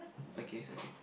okay it's okay